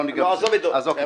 עזוב את דובב.